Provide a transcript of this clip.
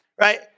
Right